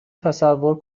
تصور